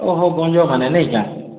ଓହୋ ଗଞ୍ଜମାନେ ନାଇଁ କାଏଁ